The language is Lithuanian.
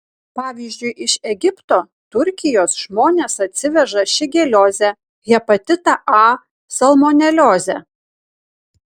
pavyzdžiui iš egipto turkijos žmonės atsiveža šigeliozę hepatitą a salmoneliozę